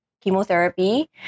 chemotherapy